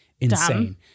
insane